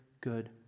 good